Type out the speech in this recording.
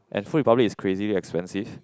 and Food Republic is crazy expensive